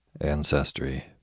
Ancestry